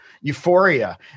euphoria